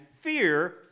fear